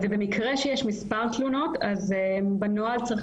ובמקרה שיש מספר תלונות אז בנוהל צריך